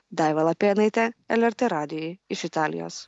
daiva lapėnaitė lrt radijui iš italijos